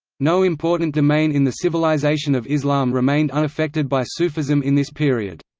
no important domain in the civilization of islam remained unaffected by sufism in this period.